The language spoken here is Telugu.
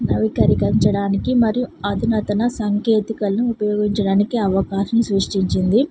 మరియు అదునాతన సాంకేతికలను ఉపయోగించడానికి అవకాశం సృష్టించింది